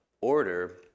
order